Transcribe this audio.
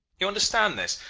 you understand this?